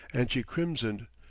and she crimsoned,